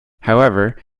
however